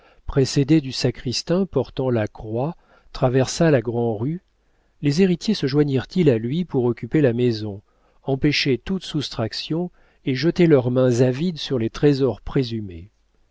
précédé du sacristain portant la croix traversa la grand'rue les héritiers se joignirent ils à lui pour occuper la maison empêcher toute soustraction et jeter leurs mains avides sur les trésors présumés